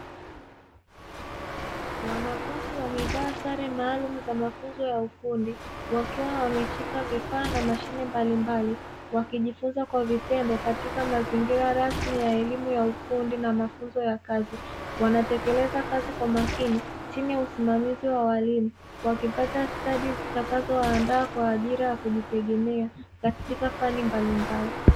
Wanafunzi wamevaa sare maalumu za mafunzo ya ufundi, wakiwa wameshika vifaa na mashine mbalimbali wakijifunza kwa vitendo katika mazingira rasmi ya elimu ya ufundi na mafunzo ya kazi. Wanatekeleza kazi kwa umakini chini ya usimamiz wa walimu, wakipata stadi zitakazowaandaa kwa ajili ya kujitegemea katika fani mbalimbali.